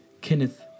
Kenneth